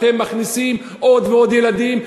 אתם מכניסים עוד ועוד ילדים,